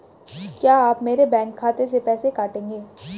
क्या आप मेरे बैंक खाते से पैसे काटेंगे?